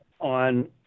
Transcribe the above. on